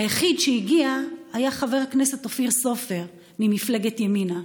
היחיד שהגיע היה חבר הכנסת אופיר סופר ממפלגת ימינה,